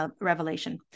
revelation